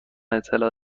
اطلاع